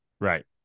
Right